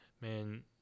Man